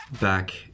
back